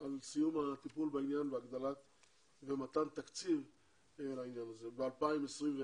על סיום הטיפול בעניין ומתן תקציב לנושא הזה ב-2021.